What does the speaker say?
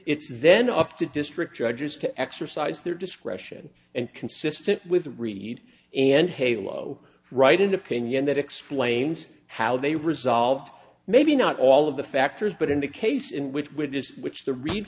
it's then up to district judges to exercise their discretion and consistent with reed and halo right in opinion that explains how they resolve maybe not all of the factors but in the case in which with which the re